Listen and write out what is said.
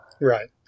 Right